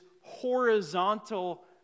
horizontal